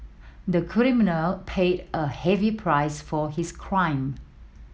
the criminal paid a heavy price for his crime